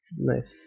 nice